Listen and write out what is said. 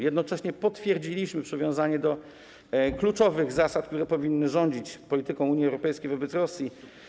Jednocześnie potwierdziliśmy przywiązanie do kluczowych zasad, które powinny rządzić polityką Unii Europejskiej wobec Rosji.